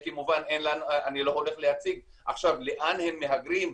אני לא הולך להציג עכשיו לאן הם מהגרים,